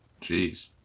Jeez